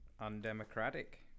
Undemocratic